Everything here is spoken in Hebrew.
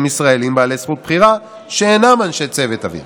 ישראלים בעלי זכות בחירה שאינם אנשי צוות אוויר